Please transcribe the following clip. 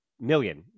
Million